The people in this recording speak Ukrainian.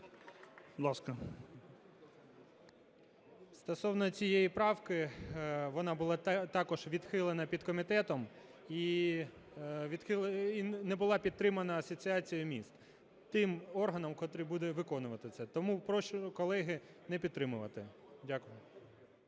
Стосовно цієї правки, вона була також відхилена підкомітетом і не була підтримана Асоціацією міст, тим органом, котрий буде виконувати це. Тому прошу, колеги, не підтримувати. Дякую.